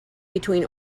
between